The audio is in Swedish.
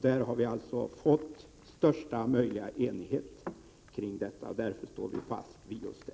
Vi har alltså fått största möjliga enighet kring det talet, och därför står vi fast vid just det.